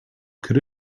could